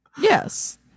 Yes